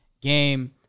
game